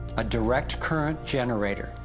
a direct current generator,